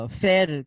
fair